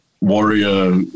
warrior